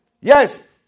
Yes